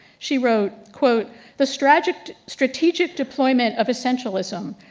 she wrote wrote the strategic strategic deployment of essentialism,